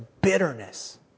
bitterness